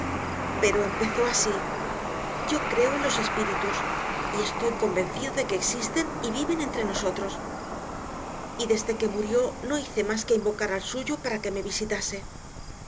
pero empezó así yo creo en los espíritus y estoy convencido de que existen y viven entre nosotros y desde que murió no hice más que invocar al suyo para que me visitase